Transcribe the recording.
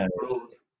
rules